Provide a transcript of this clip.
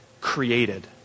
Created